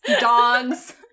dogs